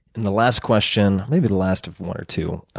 and the last question maybe the last of one or two.